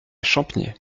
champniers